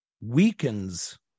weakens